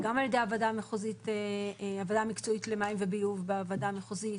גם על ידי הוועדה המקצועית למים וביוב בוועדה המחוזית,